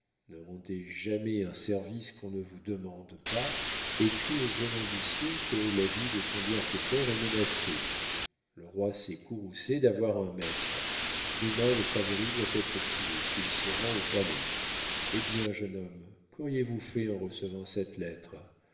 rendez jamais un service qu'on ne vous demande pas écrit au jeune ambitieux que la vie de son bienfaiteur est menacée le roi s'est courroucé d'avoir un maître demain le favori doit être tué s'il se rend au palais eh bien jeune homme quauriez vous fait en recevant cette lettre